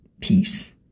Peace